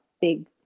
big